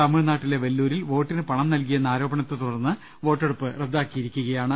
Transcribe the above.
തമിഴ്നാട്ടിലെ വെല്ലൂരിൽ വോട്ടിന് പണം നൽകിയെന്ന ആരോപണത്തെ തുടർന്ന് വോട്ടെടുപ്പ് റദ്ദാക്കിയിരിക്കുകയാണ്